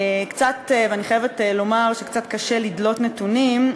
אני חייבת לומר שקצת קשה לדלות נתונים,